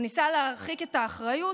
הוא ניסה להרחיק את האחריות,